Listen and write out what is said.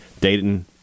Dayton